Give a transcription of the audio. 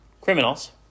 Criminals